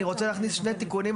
אני רוצה להכניס שני תיקונים,